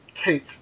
take